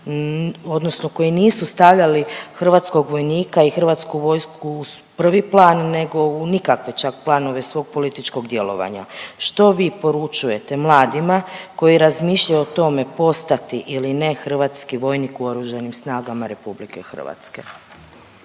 odnosno koji nisu stavljali hrvatskog vojnika i HV u prvi plan nego u nikakve čak planove svog političkog djelovanja. Što vi poručujete mladima koji razmišljaju o tome postati ili ne hrvatski vojnik u Oružanim snagama RH?